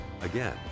Again